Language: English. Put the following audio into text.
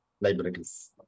libraries